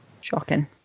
Shocking